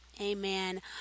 Amen